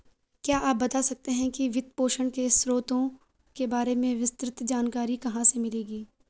क्या आप बता सकते है कि वित्तपोषण के स्रोतों के बारे में विस्तृत जानकारी कहाँ से मिलेगी?